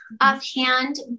offhand